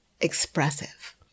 expressive